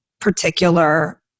particular